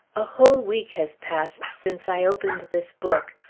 a whole week has passed since i opened this book,